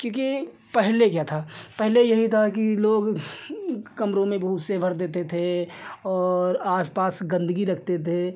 क्योंकि पहले क्या था पहले यही था कि लोग कमरों में भूसे भर देते थे और आसपास गन्दगी रखते थे